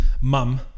mum